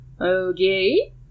Okay